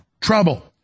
trouble